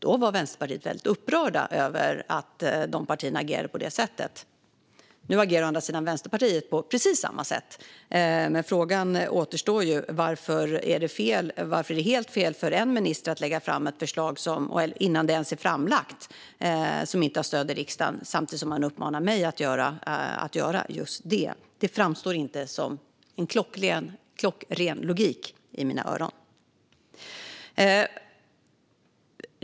Då var man i Vänsterpartiet väldigt upprörd över att dessa partier agerade på det sättet, men nu agerar Vänsterpartiet på precis samma sätt. Frågan återstår ju varför det var helt fel att uppmana en viss minister att inte lägga fram ett förslag som inte hade stöd i riksdagen - innan det ens var framlagt - samtidigt som man uppmanar mig att göra just det. Det framstår inte som klockren logik i mina ögon.